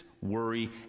worry